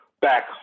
back